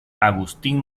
agustín